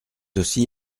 aussi